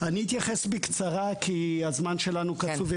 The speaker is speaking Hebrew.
אתייחס בקצרה, כי הזמן שלנו קצוב.